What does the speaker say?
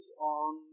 on